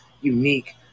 unique